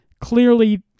Clearly